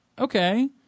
okay